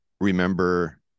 remember